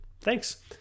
Thanks